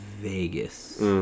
Vegas